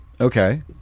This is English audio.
okay